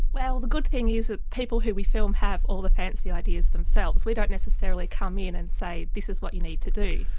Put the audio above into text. well, the good thing is that people who we film have all the fancy ideas themselves. we don't necessarily come in and say this is what you need to do.